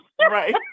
Right